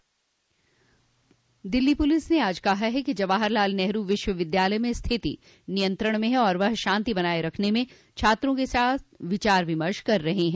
Delhi police ने आज कहा है कि जवाहरलाल नेहरू विश्वविद्यालय में स्थिति नियंत्रण में है और वह शांति बनाए रखने में छात्रों के साथ विचार विमर्श कर रहे हैं